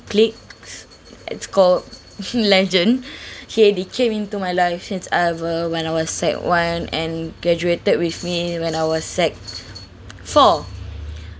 clique that's called legend K they came into my life since I were when I was sec one and graduated with me when I was sec four